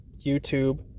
youtube